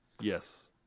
Yes